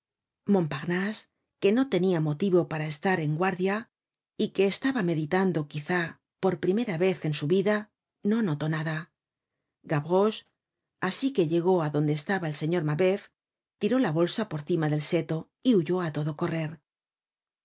montparnase que no tenia motivo para estar en guardia y que estaba meditando quizá por primera vez en su vida no notó nada gavroche asi que llegó adonde estaba el señor mabeuf tiró la bolsa por cima del seto y huyó á todo correr